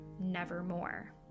nevermore